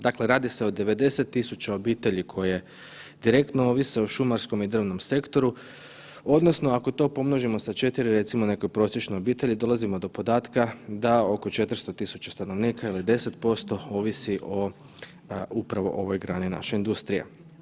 Dakle, radi se o 90.000 obitelji koje direktno ovise o šumarskom i drvnom sektoru odnosno ako to pomnožimo sa 4, recimo u nekoj prosječnoj obitelji, dolazimo do podatka da oko 400 tisuća stanovnika ili 10% ovisi o upravo ovoj grani naše industrije.